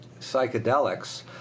psychedelics